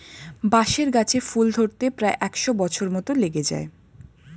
বাঁশের গাছে ফুল ধরতে প্রায় একশ বছর মত লেগে যায়